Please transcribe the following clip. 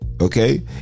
okay